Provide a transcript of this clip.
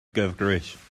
gyfrwys